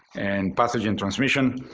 and pathogen transmission.